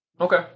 Okay